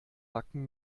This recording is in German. backen